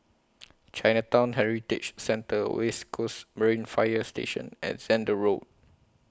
Chinatown Heritage Centre West Coast Marine Fire Station and Zehnder Road